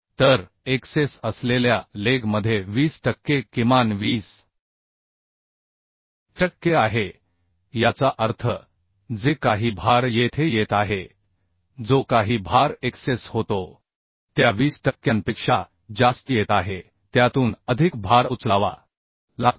तर एक्सेस असलेल्या लेग मध्ये 20 टक्के किमान 20 टक्के आहे याचा अर्थ जे काही भार येथे येत आहे जो काही भार एक्सेस होतो त्या 20 टक्क्यांपेक्षा जास्त येत आहे त्यातून अधिक भार उचलावा लागतो